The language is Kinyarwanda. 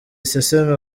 iseseme